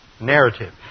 narrative